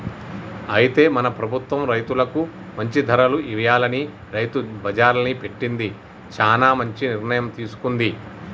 అయితే మన ప్రభుత్వం రైతులకు మంచి ధరలు ఇయ్యాలని రైతు బజార్ని పెట్టింది చానా మంచి నిర్ణయం తీసుకుంది